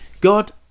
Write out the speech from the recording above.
God